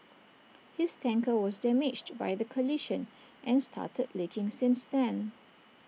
his tanker was damaged by the collision and started leaking since then